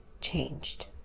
changed